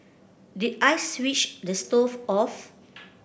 did I switch the stove off